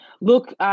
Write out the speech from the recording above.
Look